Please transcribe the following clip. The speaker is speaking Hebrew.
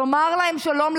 לומר להם שלום,